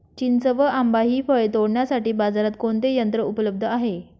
चिंच व आंबा हि फळे तोडण्यासाठी बाजारात कोणते यंत्र उपलब्ध आहे?